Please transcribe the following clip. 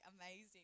amazing